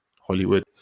Hollywood